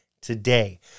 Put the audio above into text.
today